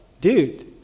dude